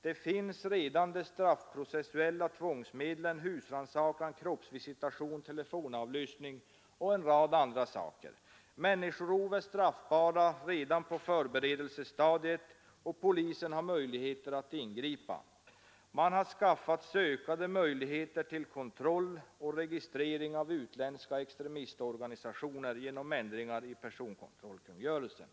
Man kan tillgripa straffprocessuella tvångsmedel, husrannsakan, kroppsvisitation, telefonavlyssning m.m. Människorov är straffbart redan på förberedelsestadiet, och polisen har möjligheter att ingripa. Man har skaffat sig ökade möjligheter till kontroll och registrering av utländska extremistorganisationer genom ändringar i personkontrollkungörelsen.